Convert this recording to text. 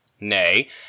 nay